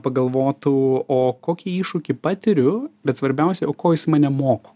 pagalvotų o kokį iššūkį patiriu bet svarbiausia o ko jis mane moko